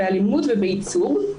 באלימות ובייצור.